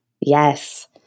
Yes